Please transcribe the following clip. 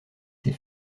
ses